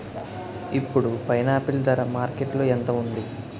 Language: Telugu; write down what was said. ఇప్పుడు పైనాపిల్ ధర మార్కెట్లో ఎంత ఉంది?